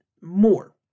more